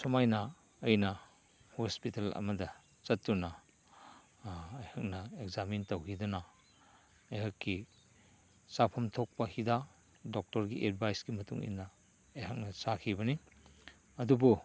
ꯁꯨꯃꯥꯏꯅ ꯑꯩꯅ ꯍꯣꯁꯄꯤꯇꯜ ꯑꯃꯗ ꯆꯠꯇꯨꯅ ꯑꯩꯍꯥꯛꯅ ꯑꯦꯛꯖꯥꯃꯤꯟ ꯇꯧꯈꯤꯗꯨꯅ ꯑꯩꯍꯥꯛꯀꯤ ꯆꯥꯐꯝ ꯊꯣꯛꯄ ꯍꯤꯗꯥꯛ ꯗꯣꯛꯇꯔꯒꯤ ꯑꯦꯗꯕꯥꯏꯖꯀꯤ ꯃꯇꯨꯡ ꯏꯟꯅ ꯑꯩꯍꯥꯛꯅ ꯆꯥꯈꯤꯕꯅꯤ ꯑꯗꯨꯕꯨ